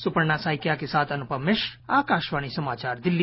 सुपर्णा सैकिया के साथ अनुपम मिश्र आकाशवाणी समाचार दिल्ली